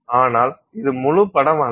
ஆனால் இது முழுப் படம் அல்ல